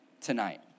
tonight